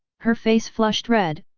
her face flushed red,